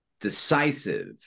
decisive